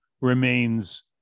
remains